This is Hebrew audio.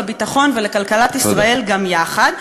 לביטחון ולכלכלת ישראל גם יחד.